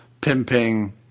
pimping